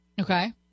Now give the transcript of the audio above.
Okay